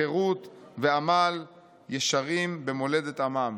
חירות ועמל ישרים במולדת עמם".